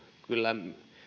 kyllä